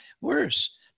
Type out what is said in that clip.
worse